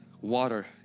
water